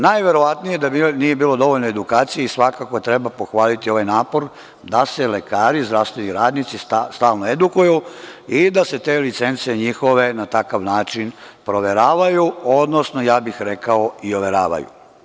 Najverovatnije da nije bilo dovoljno edukacije i svakako treba pohvaliti ovaj napor da se lekari i zdravstveni radnici stalno edukuju i da se te licence njihove na takav način proveravaju, odnosno ja bih rekao i overavaju.